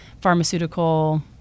pharmaceutical